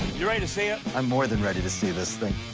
you ready to see it? i'm more than ready to see this thing.